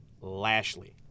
Lashley